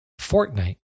Fortnite